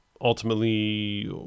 ultimately